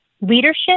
leadership